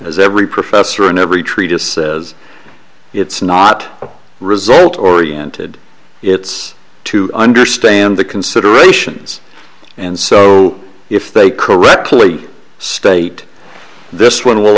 as every professor in every treatise says it's not a result oriented it's to understand the considerations and so if they correctly state this one will